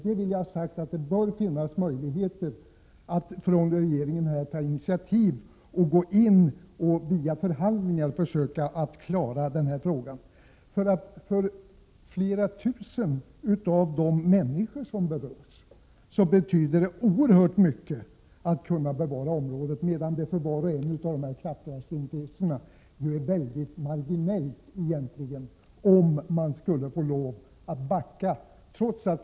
Det måste helt enkelt finnas möjligheter för regeringen att ta initiativ och genom förhandlingar lösa den här frågan. För tusentals människor som berörs betyder det oerhört mycket att området bevaras. För var och en av kraftverksintressenterna måste det vara av marginell betydelse att tvingas backa i den här frågan.